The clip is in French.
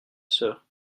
sœur